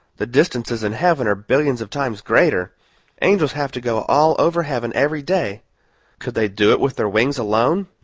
the distances in heaven are billions of times greater angels have to go all over heaven every day could they do it with their wings alone?